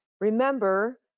Remember